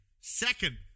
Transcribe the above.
second